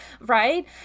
right